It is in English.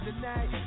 tonight